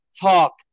talk